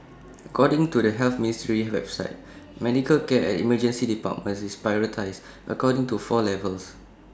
according to the health ministry's website medical care at emergency departments is prioritised according to four levels